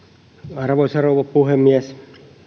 arvoisa rouva puhemies